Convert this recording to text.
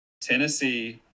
Tennessee